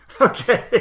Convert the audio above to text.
okay